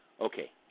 Okay